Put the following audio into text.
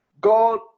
God